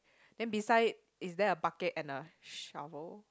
then beside it is there a bucket and a shovel